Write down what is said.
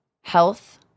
health